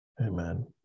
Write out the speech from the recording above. Amen